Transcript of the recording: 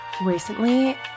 recently